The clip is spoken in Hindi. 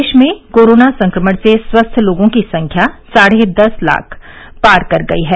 देश में कोरोना संक्रमण से स्वस्थ लोगों की संख्या साढ़े दस लाख पार कर गई है